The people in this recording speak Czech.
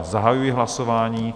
Zahajuji hlasování.